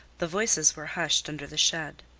the voices were hushed under the shed.